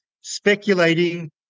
speculating